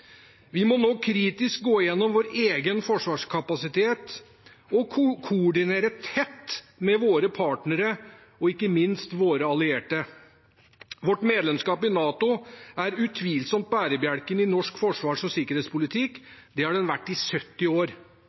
Vi må nå kritisk gå gjennom vår egen forsvarskapasitet og koordinere tett med våre partnere og ikke minst våre allierte. Vårt medlemskap i NATO er utvilsomt bærebjelken i norsk forsvars- og sikkerhetspolitikk, det har det vært i 70 år.